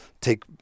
take